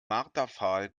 marterpfahl